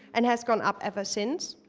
and has gone up ever since.